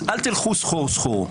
אל תלכו סחור-סחור.